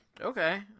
Okay